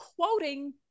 quoting